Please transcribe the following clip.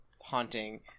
haunting